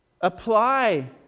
apply